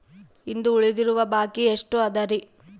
ಇಂದು ಉಳಿದಿರುವ ಬಾಕಿ ಎಷ್ಟು ಅದರಿ?